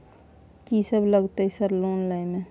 कि सब लगतै सर लोन लय में?